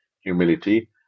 humility